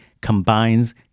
combines